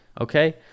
okay